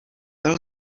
byl